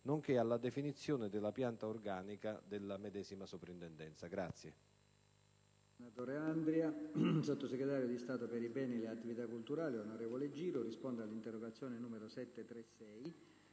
nonché alla definizione della pianta organica della medesima Soprintendenza.